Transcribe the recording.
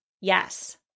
yes